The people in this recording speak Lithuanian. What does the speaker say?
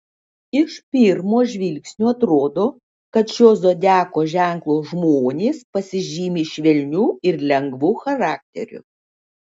iš pirmo žvilgsnio atrodo kad šio zodiako ženklo žmonės pasižymi švelniu ir lengvu charakteriu